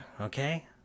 Okay